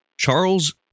Charles